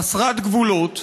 חסרת גבולות.